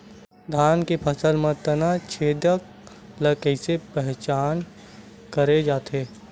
धान के फसल म तना छेदक ल कइसे पहचान करे जाथे?